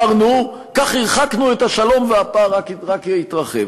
שוויתרנו, כך הרחקנו את השלום, והפער רק התרחב.